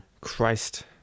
Christ